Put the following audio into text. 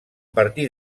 partir